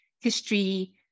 history